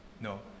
no